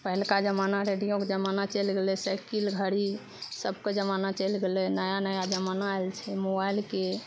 पहिलका जमाना रेडियोके जमाना चलि गेलै साइकिल घड़ी सबके जमाना चलि गेलै नया नया जमाना आयल छै मोबाइलके